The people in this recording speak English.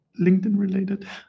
LinkedIn-related